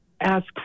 ask